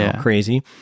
crazy